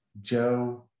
Joe